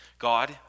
God